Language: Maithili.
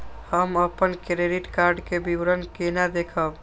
हम अपन क्रेडिट कार्ड के विवरण केना देखब?